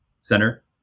center